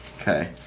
Okay